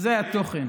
זה התוכן.